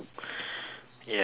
yeah please do